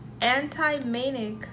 anti-manic